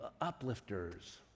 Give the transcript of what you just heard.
uplifters